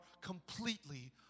completely